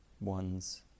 one's